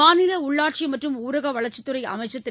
மாநில உள்ளாட்சி மற்றும் ஊரக வளர்ச்சித்துறை அமைச்சர் திரு